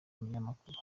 munyamakuru